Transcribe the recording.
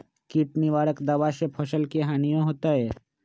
किट निवारक दावा से फसल के हानियों होतै?